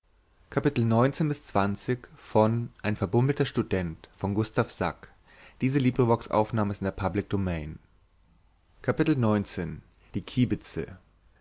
ein verbummelter student